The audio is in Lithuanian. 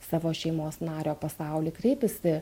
savo šeimos nario pasaulį kreipiasi